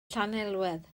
llanelwedd